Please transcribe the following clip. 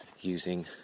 using